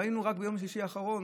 ראינו רק ביום שישי האחרון,